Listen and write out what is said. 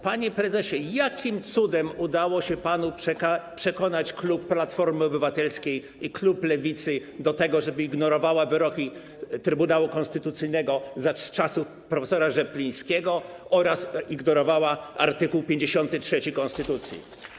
Panie prezesie, jakim cudem udało się panu przekonać klub Platformy Obywatelskiej i klub Lewicy do tego, żeby ignorowały wyroki Trybunału Konstytucyjnego z czasów prof. Rzeplińskiego oraz ignorowały art. 53 konstytucji?